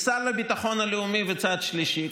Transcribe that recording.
השר לביטחון לאומי בצד שלישי,